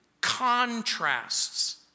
contrasts